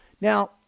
Now